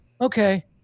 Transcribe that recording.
okay